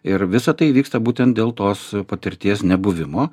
ir visa tai vyksta būtent dėl tos patirties nebuvimo